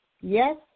Yes